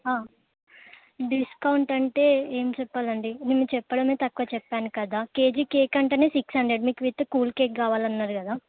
discount అంటే ఏం చెప్పాలండి మేము చెప్పడమే తక్కువ చెప్పాను కదా కేజీ కేక్ అంటేనే సిక్స్ హండ్రెడ్ మీకు విత్ కూల్ కేక్ కావాలన్నారు కదా